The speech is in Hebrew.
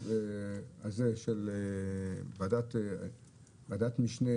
שוועדת המשנה,